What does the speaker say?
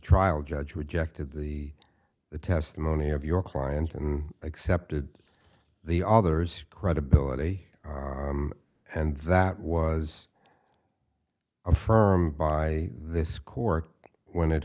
trial judge rejected the the testimony of your client and accepted the other's credibility and that was affirmed by this court when it